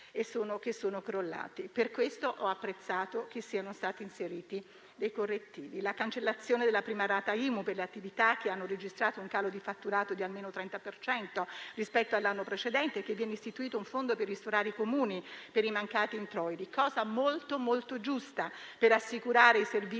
Per questo ho apprezzato che siano stati inseriti dei correttivi: la cancellazione della prima rata IMU per le attività che hanno registrato un calo di fatturato di almeno il 30 per cento rispetto all'anno precedente e l'istituzione di un fondo per ristorare i Comuni per i mancati introiti, cosa molto, molto giusta per assicurare i servizi essenziali